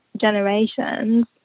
generations